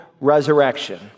resurrection